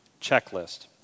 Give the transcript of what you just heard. checklist